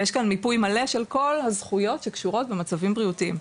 ויש כאן מיפוי מלא של כל הזכויות שקשורים במצבים בריאותיים,